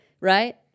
right